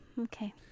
okay